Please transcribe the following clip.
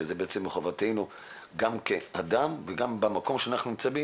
שזה בעצם מחובתנו גם כאדם וגם במקום שאנחנו נמצאים,